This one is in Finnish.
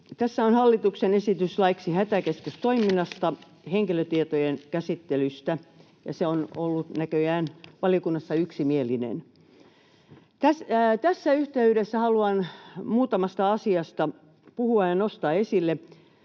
Tässä on hallituksen esitys laiksi hätäkeskustoiminnasta, henkilötietojen käsittelystä, ja se on ollut näköjään valiokunnassa yksimielinen. Tässä yhteydessä haluan muutamasta asiasta puhua ja ne nostaa esille.